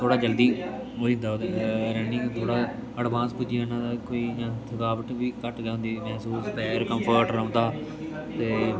थोह्ड़ा जल्दी होई जंदा ओह्दे रानिंग कोला एडवान्स पुज्जी जन्ना कोई इयां थकाबट बी घट्ट गै होंदी मैहसूस पैर कम्फर्ट रौंह्दा ते